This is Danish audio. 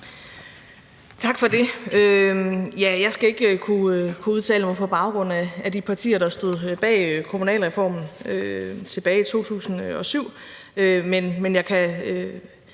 Tak for det. Jeg skal ikke kunne udtale mig på vegne af de partier, der stod bag kommunalreformen tilbage i 2007,